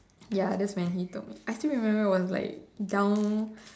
ya that's when he told me I still remember it was like down